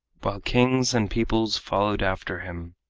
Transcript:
while kings and peoples followed after him.